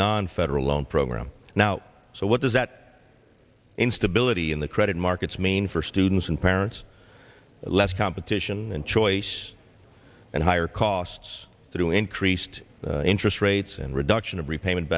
nonfederal loan program now so what does that instability in the credit markets mean for students and parents less competition and choice and higher costs through increased interest rates and reduction of repayment